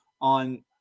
on